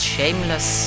Shameless